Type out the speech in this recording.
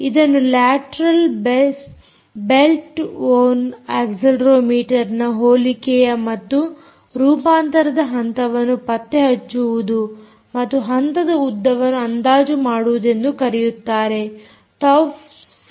ಇದನ್ನು lateral belt worn ಅಕ್ಸೆಲೆರೋಮೀಟರ್ನ ಹೋಲಿಕೆಯ ಮತ್ತು ರೂಪಾಂತರದ ಹಂತವನ್ನು ಪತ್ತೆಹಚ್ಚುವುದು ಮತ್ತು ಹಂತದ ಉದ್ದವನ್ನು ಅಂದಾಜು ಮಾಡುವುದೆಂದು ಕರೆಯುತ್ತಾರೆ